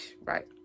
right